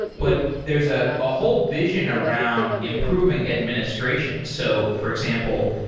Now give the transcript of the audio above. but there's a ah whole vision around improving administration. so, for example,